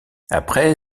après